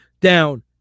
down